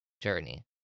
journey